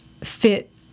fit